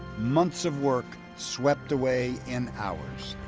months of work swept away in hours.